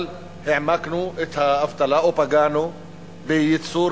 אבל העמקנו את האבטלה או פגענו בייצור